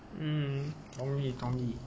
mm 同意同意